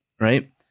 Right